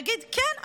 ויגיד: כן,